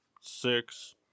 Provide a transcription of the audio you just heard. six